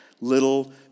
Little